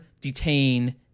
detain